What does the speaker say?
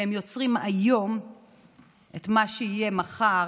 והם יוצרים היום את מה שיהיה מחר,